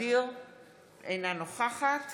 אינה נוכחת